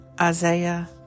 Isaiah